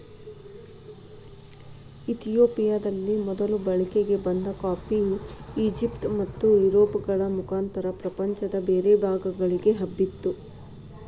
ಇತಿಯೋಪಿಯದಲ್ಲಿ ಮೊದಲು ಬಳಕೆಗೆ ಬಂದ ಕಾಫಿ, ಈಜಿಪ್ಟ್ ಮತ್ತುಯುರೋಪ್ಗಳ ಮುಖಾಂತರ ಪ್ರಪಂಚದ ಬೇರೆ ಭಾಗಗಳಿಗೆ ಹಬ್ಬಿತು